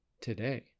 today